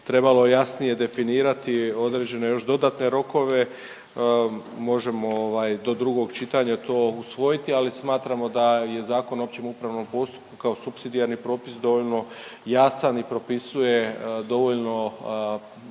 trebalo jasnije definirati određene još dodatne rokove možemo ovaj do drugog čitanja to usvojiti, ali smatramo da je Zakon o općem upravnom postupku kao supsidijarni propis dovoljno jasan i propisuje dovoljno